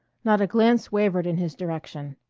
not a glance wavered in his direction.